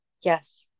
Yes